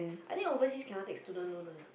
I think overseas cannot take student loan lah